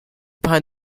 behind